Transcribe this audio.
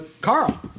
Carl